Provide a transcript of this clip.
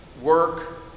work